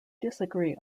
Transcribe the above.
disagree